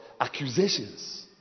accusations